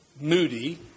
moody